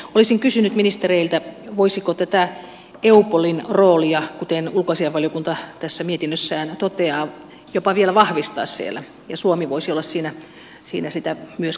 olisin kysynyt ministereiltä voisiko tätä eupolin roolia kuten ulkoasiainvaliokunta tässä mietinnössään toteaa jopa vielä vahvistaa siellä ja suomi voisi olla siinä sitä myöskin viemässä eteenpäin